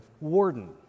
warden